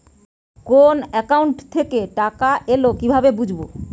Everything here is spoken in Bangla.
কোন একাউন্ট থেকে টাকা এল কিভাবে বুঝব?